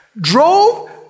drove